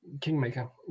Kingmaker